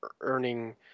earning